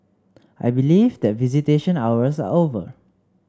I believe that visitation hours are over